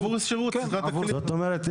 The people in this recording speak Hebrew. עבור שירות --- זאת אומרת,